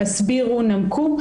"הסבירו" ו"נמקו",